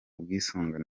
bwisungane